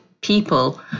people